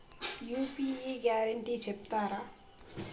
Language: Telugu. యూ.పీ.యి గ్యారంటీ చెప్తారా?